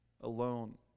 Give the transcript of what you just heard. alone